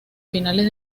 finales